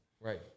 right